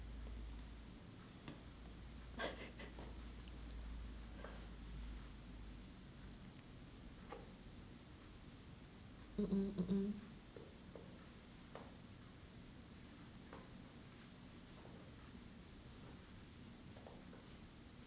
mm mm mm mm